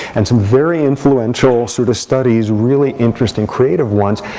and some very influential sort of studies, really interesting creative ones,